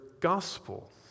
Gospel